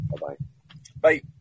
bye-bye